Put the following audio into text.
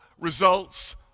results